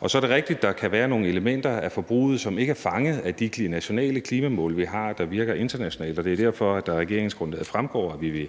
Og så er det rigtigt, at der kan være nogle elementer af forbruget, som ikke er fanget af de nationale klimamål, som vi har, der virker internationalt. Det er derfor, at det af regeringsgrundlaget fremgår, at vi vil